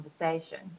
conversation